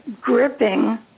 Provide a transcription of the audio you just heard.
gripping